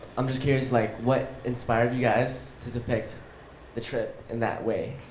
i'm just curious like what inspired you guys to depict the trip in that way,